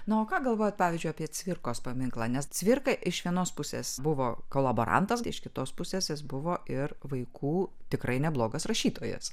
na o ką galvojat pavyzdžiui apie cvirkos paminklą nes cvirka iš vienos pusės buvo kolaborantas iš kitos pusės jis buvo ir vaikų tikrai neblogas rašytojas